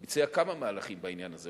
הוא ביצע כמה מהלכים בעניין הזה.